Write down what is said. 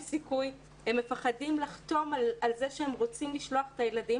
הם מפחדים לחתום על כך שהם רוצים לשלוח את הילדים